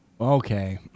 Okay